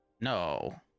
No